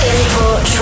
Import